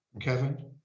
Kevin